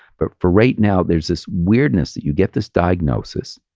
but for right now, there's this weirdness that you get this diagnosis,